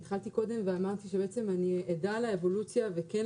אני התחלתי קודם ואמרתי שבעצם שאני עדה לאבולוציה הזאת וכן